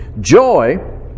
Joy